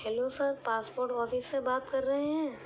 hello sir passport office سے بات کر رہے ہیں